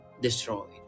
destroyed